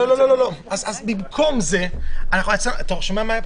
לא, לא.